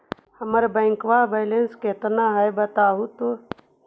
हमर bank balance केतना है बताहु तो?